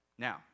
Now